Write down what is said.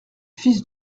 fils